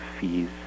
fees